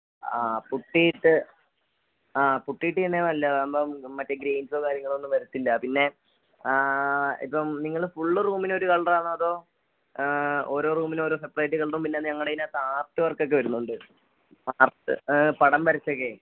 ആ പുട്ടിയിട്ട് ആ പുട്ടിയിട്ടുതന്നെയാ നല്ലത് അതാവുമ്പം മറ്റേ ഗ്രെയ്ൻസൊ കാര്യങ്ങളൊന്നും വരത്തില്ല പിന്നെ ഇപ്പം നിങ്ങൾ ഫുള്ള് റൂമിനൊരു കളറാണോ അതോ ഓരോ റൂമിന് ഓരോ സെപ്പറേറ്റ് കളറും പിന്നെ ഞങ്ങളുടെതിനകത്ത് ആർട്ട് വർക്ക് ഒക്കെ വരുന്നുണ്ട് ആർട്ട് പടം വരച്ചൊക്കെ